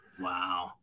Wow